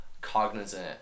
cognizant